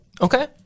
Okay